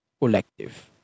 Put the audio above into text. Collective